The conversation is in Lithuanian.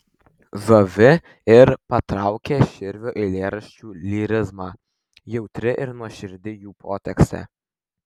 žavi ir patraukia širvio eilėraščių lyrizmas jautri ir nuoširdi jų potekstė